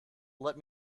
let